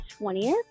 20th